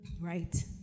right